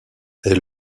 est